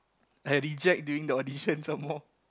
I reject during the audition some more